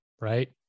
right